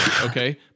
okay